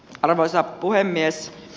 arvoisa puhemies